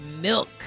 Milk